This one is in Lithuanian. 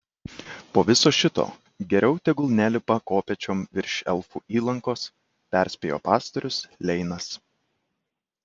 po viso šito geriau tegul nelipa kopėčiom virš elfų įlankos perspėjo pastorius leinas